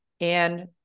and-